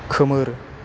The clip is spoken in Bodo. खोमोर